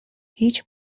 هیچ